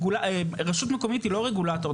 רשות מקומית היא לא רגולטור.